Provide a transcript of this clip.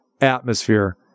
atmosphere